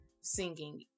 singing